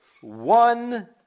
one